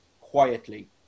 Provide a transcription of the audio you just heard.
quietly